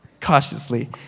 cautiously